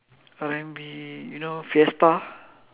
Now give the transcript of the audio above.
R&B you know fiesta